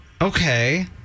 Okay